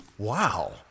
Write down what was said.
Wow